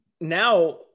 now